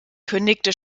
kündigte